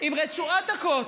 עם רצועות דקות,